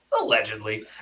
Allegedly